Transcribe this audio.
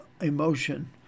emotion